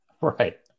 Right